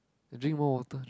drink more water